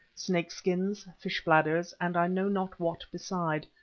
snakeskins, fish-bladders, and i know not what beside,